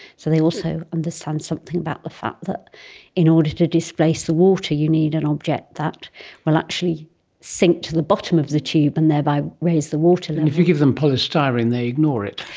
so they also understand something about the fact that in order to displace the water you need an object that will actually sink to the bottom of the tube and thereby raise the water level. and if you give them polystyrene, they ignore it.